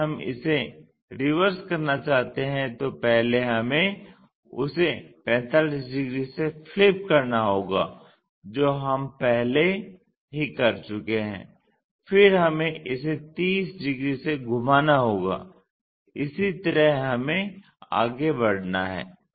अगर हम इसे रिवर्स करना चाहते हैं तो पहले हमें उसे 45 डिग्री से फ्लिप करना होगा जो हम पहले ही कर चुके हैं फिर हमें इसे 30 डिग्री से घुमाना होगा इसी तरह हमें आगे बढ़ना है